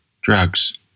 drugs